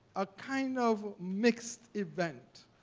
a kind of mixed event,